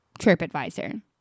TripAdvisor